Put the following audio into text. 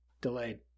delayed